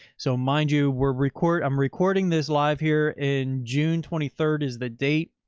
so mind you, we're recording. i'm recording this live here in june twenty third is the date.